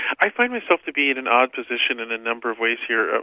i find myself to be in an odd position in a number of ways here.